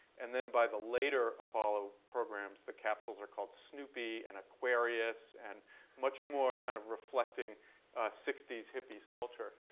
and then by the later apollo programs, the capsules are called snoopy and aquarius, and much more kind of reflecting sixty s hippies culture.